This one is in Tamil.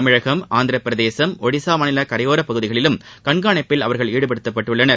தமிழகம் ஆந்திரப் பிரதேசம் ஒடிசா மாநில கரையோர பகுதிகளிலும் கண்காணிப்பில் அவர்கள் ஈடுபட்டுள்ளனர்